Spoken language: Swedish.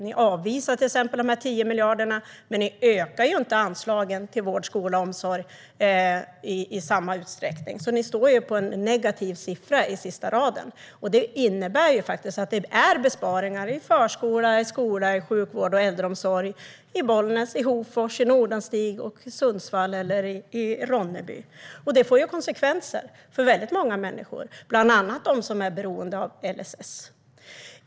Ni avvisar de 10 miljarderna, men ni ökar inte anslagen till vård, skola och omsorg i samma utsträckning, så ni står på en negativ siffra i sista raden. Det innebär faktiskt att det blir besparingar i förskola, skola, sjukvård och äldreomsorg i Bollnäs, Hofors, Nordanstig, Sundsvall eller Ronneby. Det får konsekvenser för väldigt många människor, bland annat för dem som är beroende av LSS.